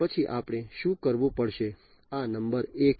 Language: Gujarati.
પછી આપણે શું કરવું પડશે આ નંબર 1 છે